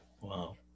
Wow